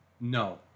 no